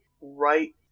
right